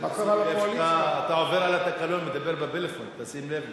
אתה עובר על התקנון, מדבר בפלאפון, תשים לב לזה.